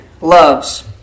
loves